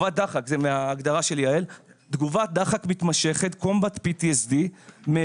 אנחנו כשדיברנו על הגדרה וזה הגיע לנושא של קווי היסוד וההסכמים